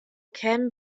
kämen